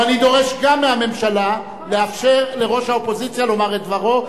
ואני דורש גם מהממשלה לאפשר לראש האופוזיציה לומר את דברה,